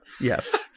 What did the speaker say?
Yes